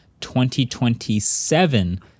2027